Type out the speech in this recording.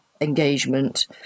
engagement